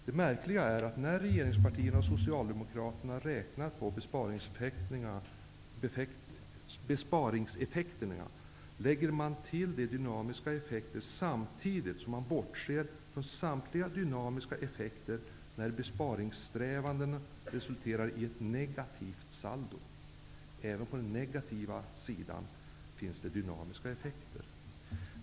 Det märkliga är att regeringspartierna och Socialdemokraterna lägger till de dynamiska effekterna när de räknar på besparingseffekterna samtidigt som de bortser från samtliga dynamiska effekter när besparingssträvandena resulterar i ett negativt saldo. Även på den negativa sidan finns det dynamiska effekter.